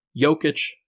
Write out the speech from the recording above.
Jokic